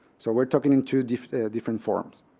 so we're talking to different different forums.